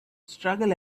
struggle